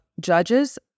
judges